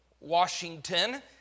Washington